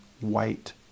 white